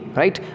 right